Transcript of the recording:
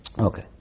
Okay